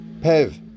Pev